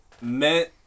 meant